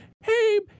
hey